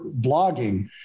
blogging